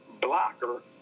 blocker